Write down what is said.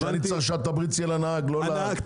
התמריץ צריך להיות לנהג.